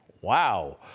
Wow